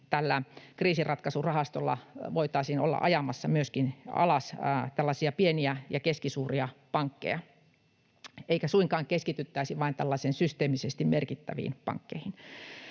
tällä kriisinratkaisurahastolla voitaisiin olla ajamassa alas myöskin tällaisia pieniä ja keskisuuria pankkeja, eikä suinkaan keskityttäisi vain tällaisiin systeemisesti merkittäviin pankkeihin.